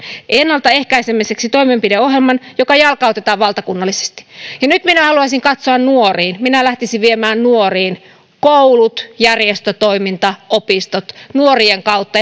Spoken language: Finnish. ennalta ehkäisemiseksi toimenpideohjelman joka jalkautetaan valtakunnallisesti nyt minä haluaisin katsoa nuoriin minä lähtisin viemään tätä koulut järjestötoiminta opistot nuorien kautta